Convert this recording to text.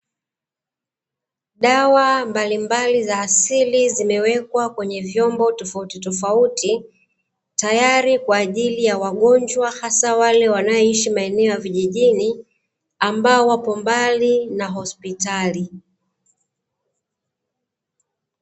Dawa mbalimbali za asii zimewekwa kwenye vyombo tofauti tofauti, tayari kwa ajili ya wagonjwa hasa wale wanaoishi maeneo yale ya vijijini ambao wapo mbali na hospitali.